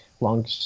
Long